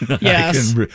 Yes